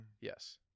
Yes